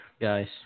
guys